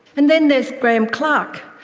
and then there's graeme clark,